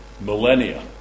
millennia